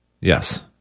Yes